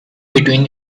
between